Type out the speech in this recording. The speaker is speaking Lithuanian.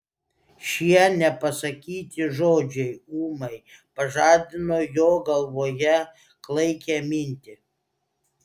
šie nepasakyti žodžiai ūmai pažadino jo galvoje klaikią mintį